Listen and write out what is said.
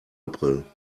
april